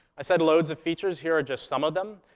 i said loads of features. here are just some of them.